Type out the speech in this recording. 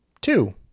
Two